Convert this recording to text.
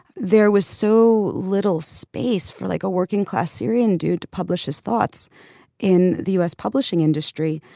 there was so little space for like a working class syrian due to publish his thoughts in the u s. publishing industry.